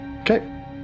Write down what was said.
Okay